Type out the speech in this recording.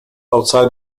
outside